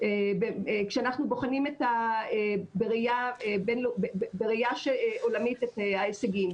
כשאנחנו בוחנים בראיה עולמית את ההישגים,